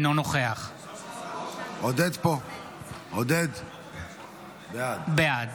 בעד